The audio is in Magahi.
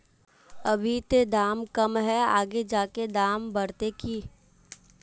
अभी ते दाम कम है आगे जाके दाम बढ़ते की?